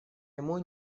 ему